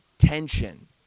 tension